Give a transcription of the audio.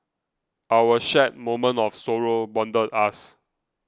our shared moment of sorrow bonded us